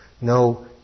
no